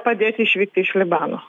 padėti išvykti iš libano